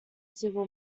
civil